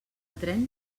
tren